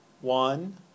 one